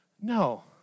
No